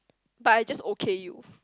but I just okay you